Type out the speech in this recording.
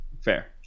Fair